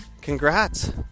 Congrats